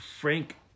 Frank